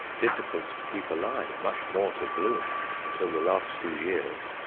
difficult to keep alive, much more to bloom, until the last few years,